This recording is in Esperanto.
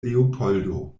leopoldo